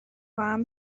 کنم